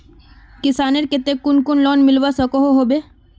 किसानेर केते कुन कुन लोन मिलवा सकोहो होबे?